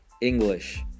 English